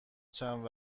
چند